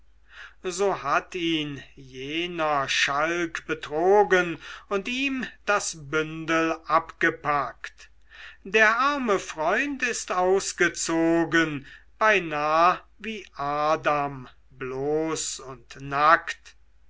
so hat ihn jener schalk betrogen und ihm das bündel abgepackt der arme freund ist ausgezogen beinah wie adam bloß und nackt